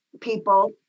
people